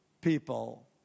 people